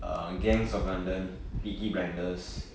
um gangs of london peaky blinders